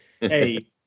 hey